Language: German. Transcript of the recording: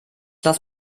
lass